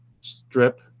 strip